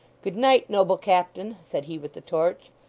good night, noble captain said he with the torch.